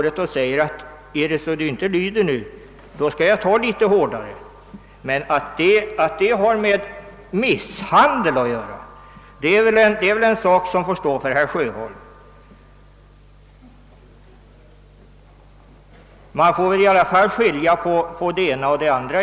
Ett sådant påstående får stå för herr Sjöholms räkning. Man måste verkligen skilja mellan det ena och det andra.